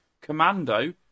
Commando